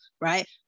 right